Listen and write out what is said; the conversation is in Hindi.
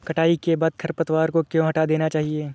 कटाई के बाद खरपतवार को क्यो हटा देना चाहिए?